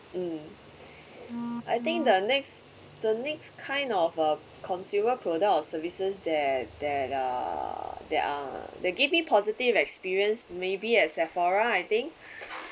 mm I think the next the next kind of a consumer product or services that that are that are that give me positive experience maybe at Sephora I think